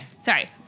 Sorry